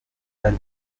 هری